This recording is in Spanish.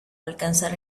alcanzar